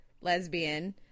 lesbian